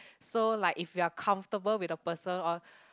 so like if you're comfortable with a person or